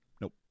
Nope